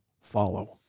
follow